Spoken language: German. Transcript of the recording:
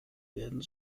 werden